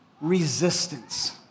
resistance